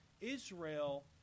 Israel